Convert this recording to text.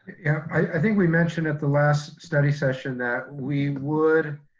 yeah, i think we mentioned at the last study session that we would